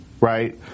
Right